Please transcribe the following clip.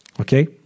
Okay